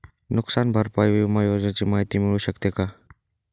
नुकसान भरपाई विमा योजनेची माहिती मिळू शकते का?